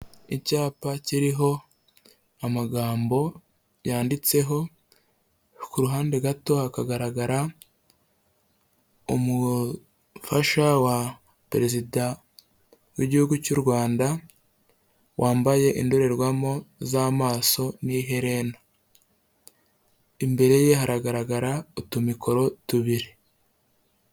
Icyapa kiriho amagambo yanditseho ku ruhande gato, hakagaragara umufasha wa Perezida w'Igihugu cy'u Rwanda, wambaye indorerwamo z'amaso n'iherene, imbere ye haragaragara utumikoro tubiri.